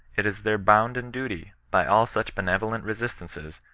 it is their bounden duty, by all such benevolent resistances,